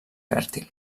fèrtil